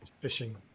Fishing